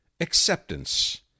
acceptance